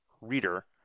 Reader